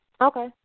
Okay